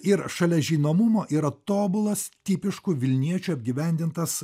ir šalia žinomumo yra tobulas tipiškų vilniečių apgyvendintas